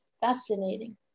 Fascinating